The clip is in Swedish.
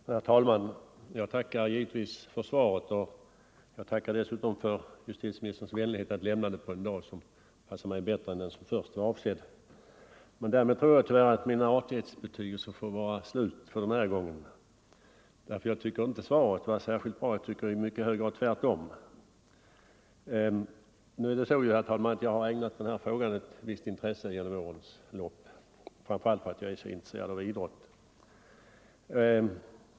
Herr talman! Jag tackar för svaret och tackar dessutom för justitieministerns vänlighet att lämna det på en dag som passar mig bättre än den som först var avsedd. Men därmed tror jag att mina artighetsbetygelser får vara slut för den här gången. Jag tycker inte svaret var bra utan jag tycker i mycket hög grad tvärtom. Jag har, herr talman, ägnat denna fråga ett visst intresse under årens lopp, framför allt för att jag är så intresserad av idrott.